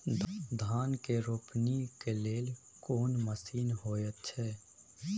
धान के रोपनी के लेल कोन मसीन होयत छै?